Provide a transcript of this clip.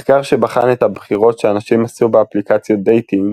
מחקר שבחן את הבחירות שאנשים עשו באפליקציות דייטינג